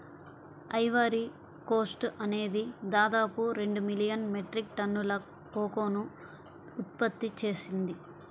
Ivory Coast అనేది దాదాపు రెండు మిలియన్ మెట్రిక్ టన్నుల కోకోను ఉత్పత్తి చేసింది